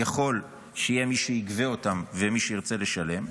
ככל שיהיה מי שיגבה אותם ומי שירצה לשלם,